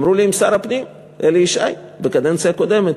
אמרו לי: עם שר הפנים אלי ישי, בקדנציה הקודמת.